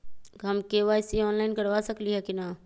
हम KYC online करवा सकली ह कि न?